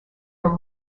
from